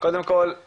קודם כל,